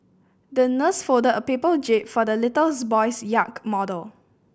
the nurse folded a paper jib for the little boy's yak model